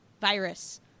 virus